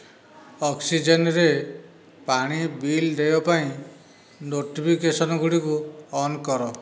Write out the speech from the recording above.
ଅକ୍ସିଜେନ୍ରେ ପାଣି ବିଲ୍ ଦେୟ ପାଇଁ ନୋଟିଫିକେସନ୍ ଗୁଡ଼ିକୁ ଅନ୍ କର